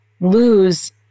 lose